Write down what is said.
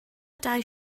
dau